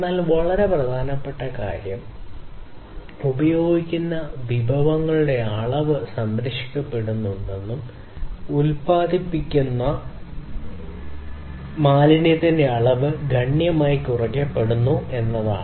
എന്നാൽ വളരെ പ്രധാനപ്പെട്ട കാര്യം ഉപയോഗിക്കുന്ന വിഭവങ്ങളുടെ അളവ് സംരക്ഷിക്കപ്പെട്ടിട്ടുണ്ടെന്നും ഉൽപാദിപ്പിക്കുന്ന മാലിന്യത്തിന്റെ അളവ് ഗണ്യമായി കുറയ്ക്കണമെന്നും ഉറപ്പാക്കുക എന്നതാണ്